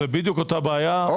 זאת בדיוק אותה בעיה,